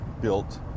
built